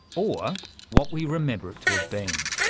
or what we remember it to have been.